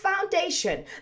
foundation